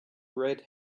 red